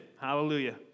Hallelujah